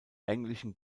englischen